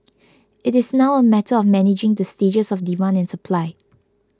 it is now a matter of managing the stages of demand and supply